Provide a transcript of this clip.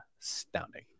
astounding